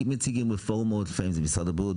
מציגים רפורמות לפעמים זה משרד הבריאות,